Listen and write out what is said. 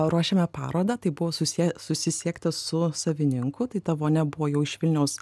ruošėme parodą tai buvo susie susisiekta su savininku tai tavo nebuvo jau iš vilniaus